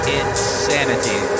insanity